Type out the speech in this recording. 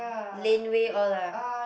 lane way all lah